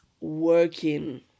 working